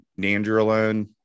Nandrolone